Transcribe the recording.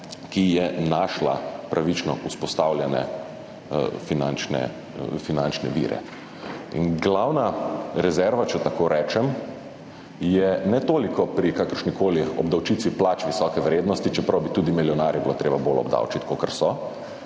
ki je našla pravično vzpostavljene finančne vire. In glavna rezerva, če tako rečem, je ne toliko kakršnakoli obdavčitev plač visoke vrednosti, čeprav bi bilo treba tudi milijonarje bolj obdavčiti, kakor so,